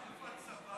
שאל,